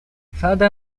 further